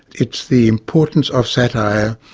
it's the importance of satire,